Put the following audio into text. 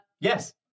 Yes